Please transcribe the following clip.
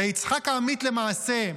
ויצחק עמית, למעשה,